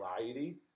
variety